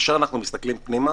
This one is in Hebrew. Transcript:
כאשר אנחנו מסתכלים פנימה,